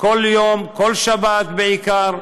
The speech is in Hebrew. כל יום, כל שבת, בעיקר.